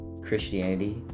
Christianity